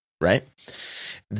Right